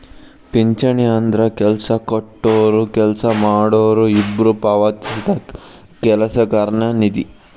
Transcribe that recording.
ಪಿಂಚಣಿ ಅಂದ್ರ ಕೆಲ್ಸ ಕೊಟ್ಟೊರು ಕೆಲ್ಸ ಮಾಡೋರು ಇಬ್ಬ್ರು ಪಾವತಿಸಿದ ಕೆಲಸಗಾರನ ನಿಧಿ